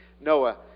Noah